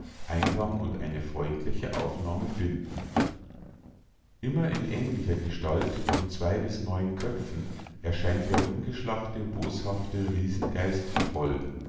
eingang und eine freundliche aufnahme finden immer in ähnlicher gestalt mit zwei bis neun köpfen erscheint der ungeschlachte boshafte riesengeist troll